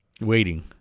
Waiting